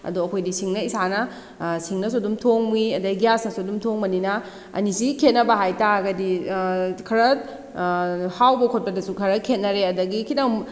ꯑꯗꯣ ꯑꯩꯈꯣꯏꯗꯤ ꯁꯤꯡꯅ ꯏꯁꯥꯅ ꯁꯤꯡꯅꯁꯨ ꯑꯗꯨꯝ ꯊꯣꯡꯏ ꯑꯗꯩ ꯒ꯭ꯌꯥꯁꯅꯁꯨ ꯑꯗꯨꯝ ꯊꯣꯡꯕꯅꯤꯅ ꯑꯅꯤꯁꯤꯒꯤ ꯈꯦꯅꯕ ꯍꯥꯏꯇꯥꯔꯒꯗꯤ ꯈꯔ ꯍꯥꯎꯕ ꯈꯣꯠꯄꯗꯁꯨ ꯈꯔ ꯈꯦꯠꯅꯔꯦ ꯑꯗꯨꯗꯒꯤ ꯈꯤꯇꯪ